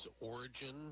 origin